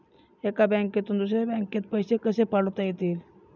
एका बँकेतून दुसऱ्या बँकेत पैसे कसे पाठवता येतील?